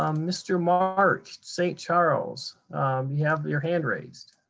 um mr. mark st. charles, you have your hand raised.